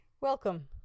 Welcome